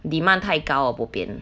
demand 太高 bo pian